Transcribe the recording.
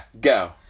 go